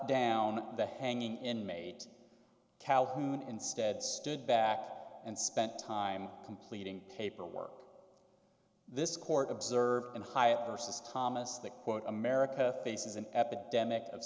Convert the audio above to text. down the hanging in mate calhoun instead stood back and spent time completing paperwork this court observer and hyatt versus thomas that quote america faces an epidemic of